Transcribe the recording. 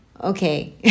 okay